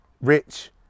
rich